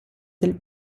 del